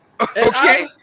okay